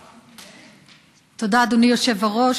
תודה, אדוני היושב-ראש.